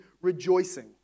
rejoicing